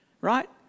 Right